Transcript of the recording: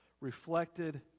reflected